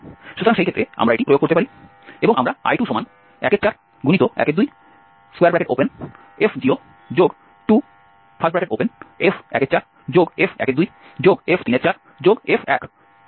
সুতরাং সেই ক্ষেত্রে আমরা এটি প্রয়োগ করতে পারি এবং আমরা I21412f02f14f12f34f1025615 পাব